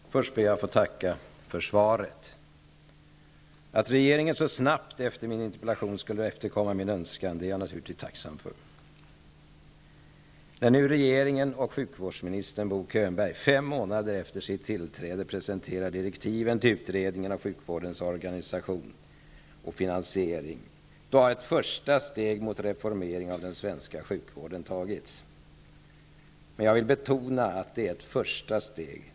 Fru talman! Först ber jag att få tacka för svaret. Att regeringen så snabbt efter min interpellation skulle efterkomma min önskan är jag naturligtvis tacksam för. När nu regeringen och sjukvårdsminister Bo presenterar direktiven till utredningen av sjukvårdens organisation och finansiering, har ett första steg mot reformering av den svenska sjukvården tagits. Men jag vill betona att det är ett första steg.